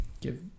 give